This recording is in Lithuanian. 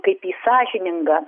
kaip į sąžiningą